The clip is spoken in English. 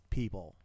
people